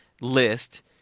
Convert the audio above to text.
list